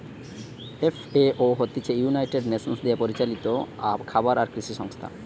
FAO হতিছে United Nations দিয়া পরিচালিত খাবার আর কৃষি সংস্থা